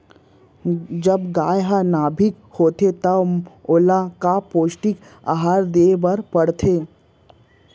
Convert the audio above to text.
जब गाय ह गाभिन होथे त ओला का पौष्टिक आहार दे बर पढ़थे?